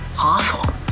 Awful